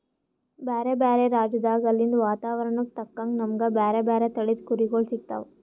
ಬ್ಯಾರೆ ಬ್ಯಾರೆ ರಾಜ್ಯದಾಗ್ ಅಲ್ಲಿಂದ್ ವಾತಾವರಣಕ್ಕ್ ತಕ್ಕಂಗ್ ನಮ್ಗ್ ಬ್ಯಾರೆ ಬ್ಯಾರೆ ತಳಿದ್ ಕುರಿಗೊಳ್ ಸಿಗ್ತಾವ್